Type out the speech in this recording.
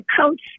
coach